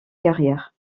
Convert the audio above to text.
carrière